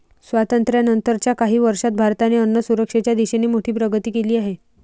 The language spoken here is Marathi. स्वातंत्र्यानंतर च्या काही वर्षांत भारताने अन्नसुरक्षेच्या दिशेने मोठी प्रगती केली आहे